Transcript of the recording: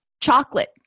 Chocolate